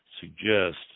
suggest